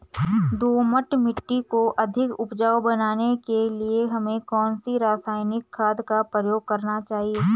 दोमट मिट्टी को अधिक उपजाऊ बनाने के लिए हमें कौन सी रासायनिक खाद का प्रयोग करना चाहिए?